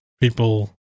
people